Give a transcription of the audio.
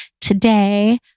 today